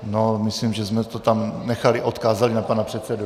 No, myslím, že jsme to tam nechali, odkázali na pana předsedu.